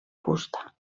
fusta